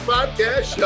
Podcast